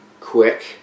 quick